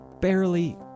barely